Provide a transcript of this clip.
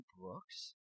Brooks